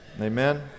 Amen